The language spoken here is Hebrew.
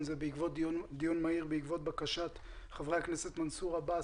דיון מהיר בעקבות בקשת חברי הכנסת מנסור עבאס,